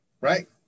Right